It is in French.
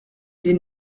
les